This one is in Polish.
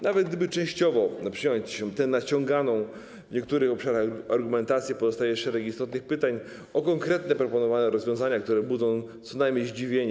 Nawet gdyby częściowo przyjąć tę naciąganą w niektórych obszarach argumentację, pozostaje szereg istotnych pytań o konkretne proponowane rozwiązania, które budzą co najmniej zdziwienie.